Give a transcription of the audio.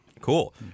Cool